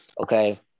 Okay